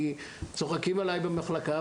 צוחקים עלי במחלקה,